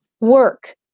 work